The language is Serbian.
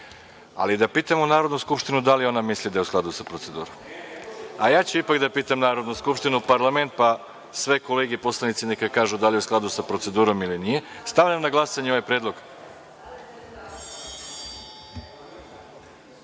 da pitamo Narodnu skupštinu da li ona misli da je u skladu sa procedurom? Ja ću ipak da pitam Narodnu skupštinu, parlament, pa sve kolege poslanici neka kažu da li je u skladu sa procedurom ili nije. Stavljam na glasanje ovaj predlog. Molim